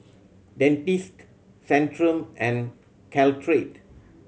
Dentiste Centrum and Caltrate